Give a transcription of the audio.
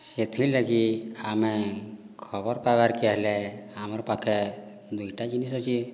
ସେଥିର୍ଲାଗି ଆମେ ଖବର ପାଇବାର୍କେ ହେଲେ ଆମର୍ ପାଖେ ଦୁଇଟା ଜିନିଷ୍ ଅଛି